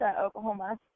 Oklahoma